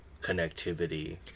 connectivity